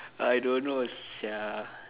I don't know sia